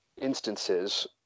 instances